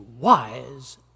wise